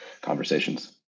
conversations